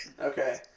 Okay